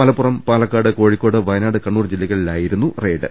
മലപ്പുറം പാലക്കാട് കോഴിക്കോട് വയനാട് കണ്ണൂർ ജില്ലകളിലായിരുന്നു റെയ്ഡ്